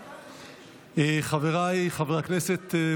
חבריי חברי הכנסת,